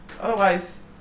otherwise